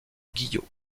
guyot